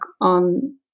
on